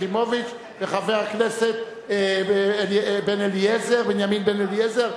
יחימוביץ וחבר הכנסת בנימין בן-אליעזר,